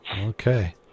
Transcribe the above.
Okay